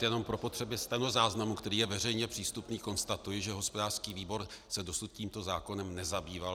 Jenom pro potřeby stenozáznamu, který je veřejně přístupný, konstatuji, že hospodářský výbor se dosud tímto zákonem nezabýval.